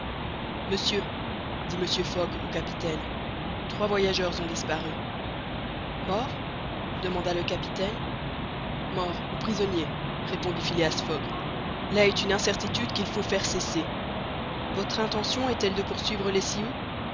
monsieur dit mr fogg au capitaine trois voyageurs ont disparu morts demanda le capitaine morts ou prisonniers répondit phileas fogg là est une incertitude qu'il faut faire cesser votre intention est-elle de poursuivre les